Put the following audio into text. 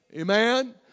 Amen